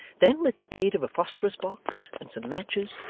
then, with the aid of a phosphorus-box and some matches,